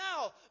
now